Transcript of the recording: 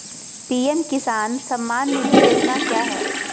PM Kisan Samman Nidhi योजना क्या है?